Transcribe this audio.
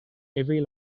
every